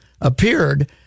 appeared